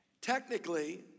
Technically